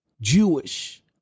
Jewish